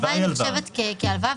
ההלוואה נחשבת כהלוואה.